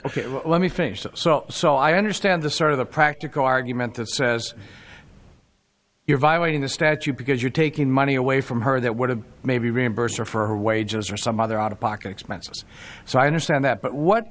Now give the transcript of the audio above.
ok let me finish so so i understand the sort of the practical argument that says you're violating the statute because you're taking money away from her that would have maybe reimburse her for her wages or some other out of pocket expenses so i understand that but what